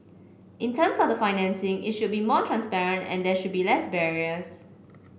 in terms of the financing it should be more transparent and there should be less barriers